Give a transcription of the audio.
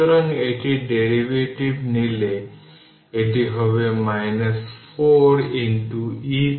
সুতরাং 1 10 থেকে পাওয়ার 6 100 অর্থাৎ 100 মাইক্রো কুলম্ব হল উপরের প্লেট C1 এ স্টোরড চার্জ